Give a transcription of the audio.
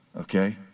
okay